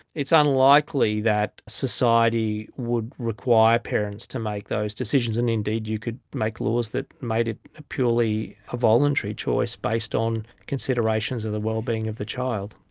it's unlikely that society would require parents to make those decisions, and indeed you could make laws that made it purely a voluntary choice based on considerations of the well-being of the child.